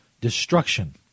destruction